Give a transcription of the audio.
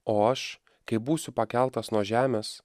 o aš kai būsiu pakeltas nuo žemės